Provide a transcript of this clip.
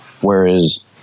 Whereas